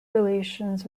relations